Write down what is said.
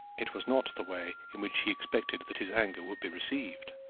it was not the way in which he expected that his anger would be received.